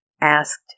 asked